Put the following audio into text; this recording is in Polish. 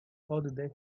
oddech